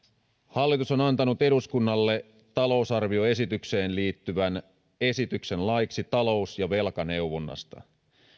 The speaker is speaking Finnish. hallitus on on antanut eduskunnalle talousarvioesitykseen liittyvän esityksen laiksi talous ja velkaneuvonnasta